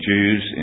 Jews